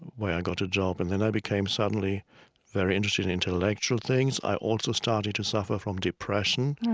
where i got a job. and then i became suddenly very interested in intellectual things. i also started to suffer from depression